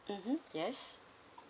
mmhmm yes